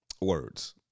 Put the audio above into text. words